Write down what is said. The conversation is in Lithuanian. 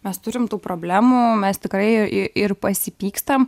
mes turim tų problemų mes tikrai i ir pasipykstam